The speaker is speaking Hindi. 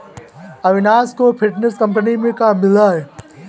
अविनाश को फिनटेक कंपनी में काम मिला है